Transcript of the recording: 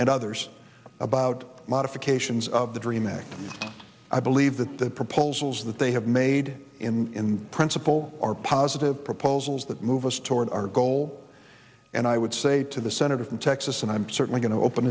and others about modifications of the dream act i believe that the proposals that they have made in principle are positive proposals that move us toward our goal and i would say to the senator from texas and i'm certainly going to open